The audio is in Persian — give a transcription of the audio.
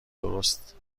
درست